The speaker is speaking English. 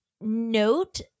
note